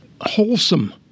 wholesome